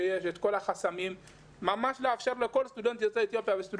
את כל החסמים ונאפשר לכל סטודנט וסטודנטית